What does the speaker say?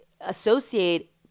associate